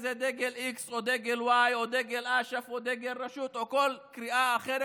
שזה דגל x או דגל y או דגל אש"ף או דגל רשות או כל קריאה אחרת,